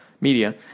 media